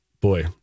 boy